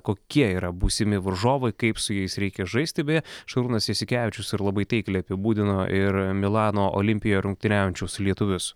kokie yra būsimi varžovai kaip su jais reikia žaisti beje šarūnas jasikevičius ir labai taikliai apibūdino ir milano olimpia rungtyniaujančius lietuvius